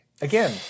Again